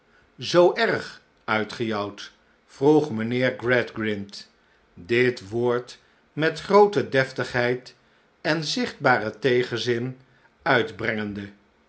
zoo erg uitgejouwd vroeg mijnheer gradgrind dit woord met groote deftigheid en zichtbaren tegenzin uitbrengende